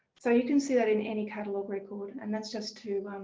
so you can see that in any catalogue record and that's just to,